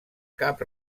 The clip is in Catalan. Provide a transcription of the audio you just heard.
cap